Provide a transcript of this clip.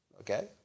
Okay